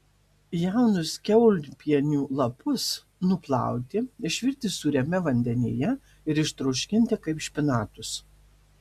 jaunus kiaulpienių lapus nuplauti išvirti sūriame vandenyje ir ištroškinti kaip špinatus